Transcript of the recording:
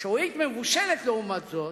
לעומת זאת,